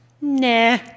nah